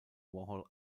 warhol